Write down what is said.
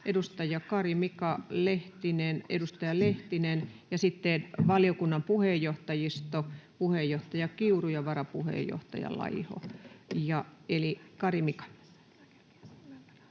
edustaja Kari, Mika, edustaja Lehtinen ja sitten valiokunnan puheenjohtajisto: puheenjohtaja Kiuru ja varapuheenjohtaja Laiho. — Eli Kari, Mika.